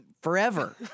forever